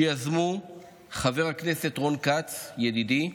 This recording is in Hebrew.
שיזמו חבר הכנסת רון כץ, ידידי,